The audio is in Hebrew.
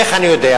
איך אני יודע?